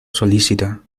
solícita